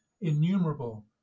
innumerable